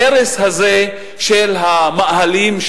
ההרס הזה של המאהלים,